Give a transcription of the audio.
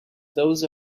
those